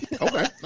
Okay